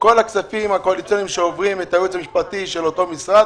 כל הכספים הקואליציוניים שעוברים את הייעוץ המשפטי של אותו משרד,